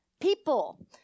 People